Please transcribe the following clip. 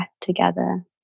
together